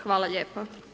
Hvala lijepa.